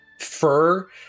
fur